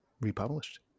republished